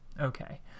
Okay